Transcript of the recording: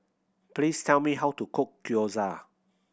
please tell me how to cook Gyoza